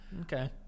Okay